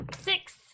six